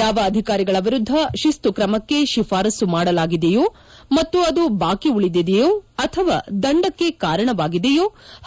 ಯಾವ ಅಧಿಕಾರಿಗಳ ವಿರುದ್ದ ಶಿಸ್ತು ತ್ರಮಕ್ಕೆ ಶಿಫಾರಸು ಮಾಡಲಾಗಿದಿಯೋ ಮತ್ತು ಅದು ಬಾಕಿ ಉಳಿದಿದಿಯೋ ಅಥವಾ ದಂಡಕ್ಕೆ ಕಾರಣವಾಗಿದಿಯೋ